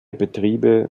betriebe